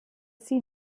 sie